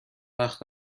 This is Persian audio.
وقت